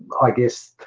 i guess,